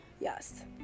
Yes